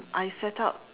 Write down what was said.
I set up